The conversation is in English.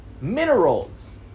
minerals